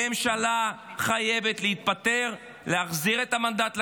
הממשלה חייבת להתפטר, להחזיר את המנדט לכנסת,